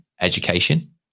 education